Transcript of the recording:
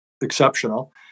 exceptional